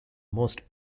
most